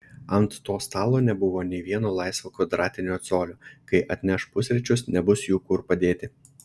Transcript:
ant to stalo nebuvo nė vieno laisvo kvadratinio colio kai atneš pusryčius nebus jų kur padėti